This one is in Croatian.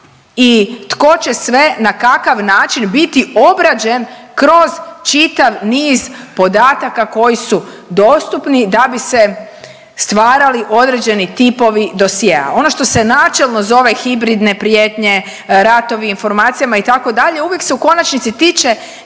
i tko će sve na kakav način biti obrađen kroz čitav niz podataka koji su dostupni da bi se stvarali određeni tipovi dosjea. Ono što se načelno zove hibridne prijetnje, ratovi informacijama, itd., uvijek se u konačnici tiče